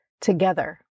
Together